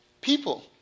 people